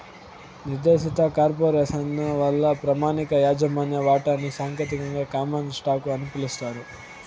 నిర్దేశిత కార్పొరేసను వల్ల ప్రామాణిక యాజమాన్య వాటాని సాంకేతికంగా కామన్ స్టాకు అని పిలుస్తారు